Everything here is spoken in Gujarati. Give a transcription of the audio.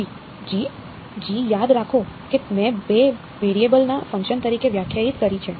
g g યાદ રાખો કે મેં બે વેરિયેબલના ફંકશન તરીકે વ્યાખ્યાયિત કરી છે